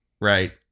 Right